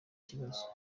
kibazo